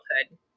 childhood